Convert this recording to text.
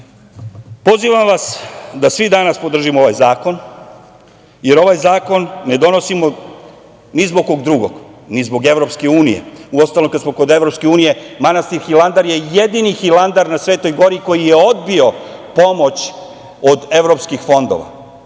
Save. Pozivam vas da svi danas podržimo ovaj zakon, jer ovaj zakon ne donosimo ni zbog kog drugog, ni zbog EU… Uostalom, kada smo kod EU, manastir Hilandar je jedini manastir na Svetoj gori koji je odbio pomoć od evropskih fondova.